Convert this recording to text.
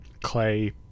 clay